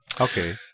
Okay